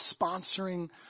sponsoring